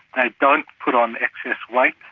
they don't put on excess weight,